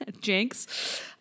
Jinx